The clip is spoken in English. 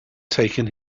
taken